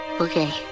Okay